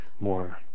More